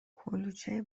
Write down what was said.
کلوچه